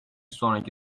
sonraki